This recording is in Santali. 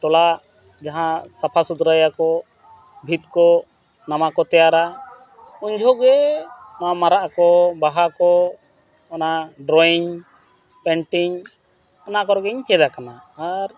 ᱴᱚᱞᱟ ᱡᱟᱦᱟᱸ ᱥᱟᱯᱷᱟ ᱥᱩᱛᱨᱟᱹᱭᱟᱠᱚ ᱵᱷᱤᱛ ᱠᱚ ᱱᱟᱣᱟ ᱠᱚ ᱛᱮᱭᱟᱨᱟ ᱩᱱ ᱡᱚᱠᱷᱚᱱ ᱜᱮ ᱱᱚᱣᱟ ᱢᱟᱨᱟᱜ ᱠᱚ ᱵᱟᱦᱟ ᱠᱚ ᱚᱱᱟ ᱰᱨᱚᱭᱤᱝ ᱯᱮᱱᱴᱤᱝ ᱚᱱᱟ ᱠᱚᱨᱮᱜᱤᱧ ᱪᱮᱫ ᱟᱠᱟᱱᱟ ᱟᱨ